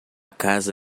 casa